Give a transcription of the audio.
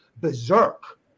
berserk